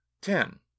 Ten